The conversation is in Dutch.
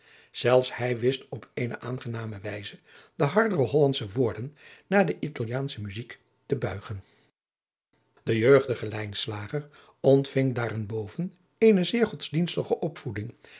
zelfs hij wist op eene aangename wijze de hardere hollandsche woorden naar de italiaansche muzijk te buigen de jeugdige lijnslager ontving daarenboven eene zeer godsdienstige opvoeding